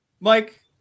Mike